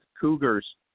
Cougars